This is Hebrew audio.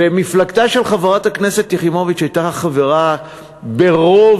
ומפלגתה של חברת הכנסת יחימוביץ הייתה חברה ברוב